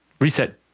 reset